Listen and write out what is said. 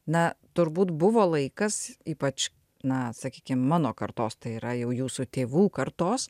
na turbūt buvo laikas ypač na sakykim mano kartos tai yra jau jūsų tėvų kartos